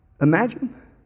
Imagine